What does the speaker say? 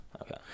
okay